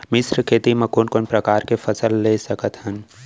मिश्र खेती मा कोन कोन प्रकार के फसल ले सकत हन?